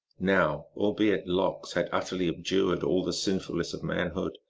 now, albeit lox had ut terly abjured all the sinfulness of manhood,